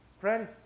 Friend